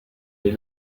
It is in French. des